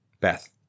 Beth